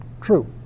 true